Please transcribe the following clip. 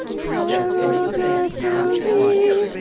carol joyfully,